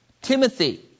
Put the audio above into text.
Timothy